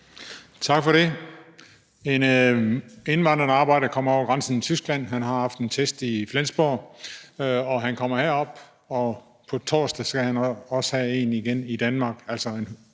Tak for det. En vandrende arbejder kommer over grænsen ved Tyskland. Han har fået taget en test i Flensborg. Han kommer herop, og på torsdag skal han have taget en igen i Danmark,